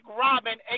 Robin